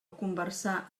conversar